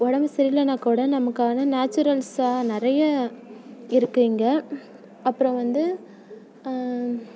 உடம்பு சரியில்லனாகூட நமக்கான நேச்சுரல்ஸாக நிறைய இருக்குது இங்கே அப்புறம் வந்து